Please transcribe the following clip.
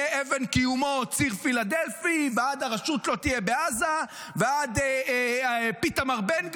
מאבן קיומנו ציר פילדלפי ועד: הרשות לא תהיה בעזה ועד פיתמר בן גביר.